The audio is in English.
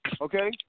okay